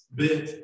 bit